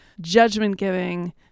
Judgment-Giving